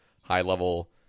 high-level